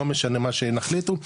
לא משנה מה שיחליטו,